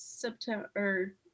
September